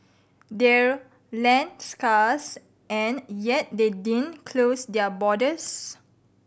they're land scarce and yet they didn't close their borders